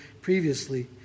previously